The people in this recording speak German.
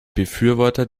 befürworter